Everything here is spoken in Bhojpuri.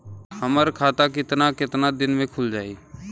हमर खाता कितना केतना दिन में खुल जाई?